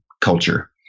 culture